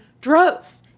droves